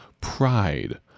Pride